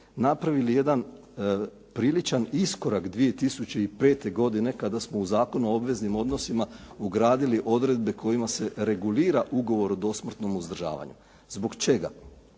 napravili jedan priličan iskorak 2005. godine kada smo u Zakonu o obveznim odnosima ugradili odredbe kojima se regulira ugovor o dosmrtnom uzdržavanju. Zbog čega?